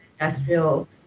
industrial